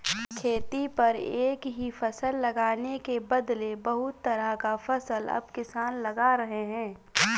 खेती पर एक ही फसल लगाने के बदले बहुत तरह का फसल अब किसान लगा रहे हैं